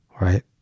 right